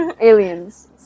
Aliens